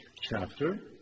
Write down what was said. chapter